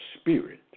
Spirit